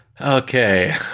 Okay